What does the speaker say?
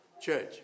church